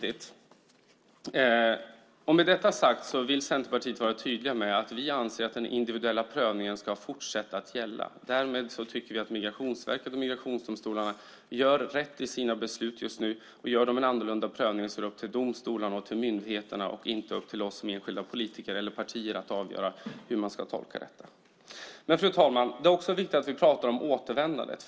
Med detta sagt vill vi i Centerpartiet vara tydliga med att vi anser att den individuella prövningen ska fortsätta att gälla. Därmed tycker vi att Migrationsverket och migrationsdomstolarna gör rätt när de fattar sina beslut just nu, och gör de en annorlunda prövning är det upp till domstolarna och myndigheterna och inte upp till oss som enskilda politiker eller partier att avgöra hur man ska tolka detta. Fru talman! Det är också viktigt att vi pratar om återvändandet.